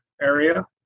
area